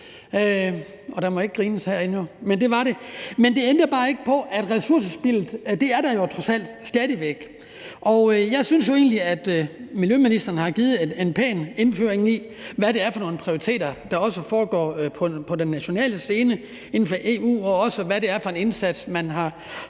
det ændrer bare ikke på, at ressourcespildet jo trods alt stadig væk er der, og jeg synes egentlig, at miljøministeren har givet en pæn indføring i, hvad det er for nogle prioriteringer, der også foregår på den nationale scene inden for EU, og også i, hvad det er for en indsats, man har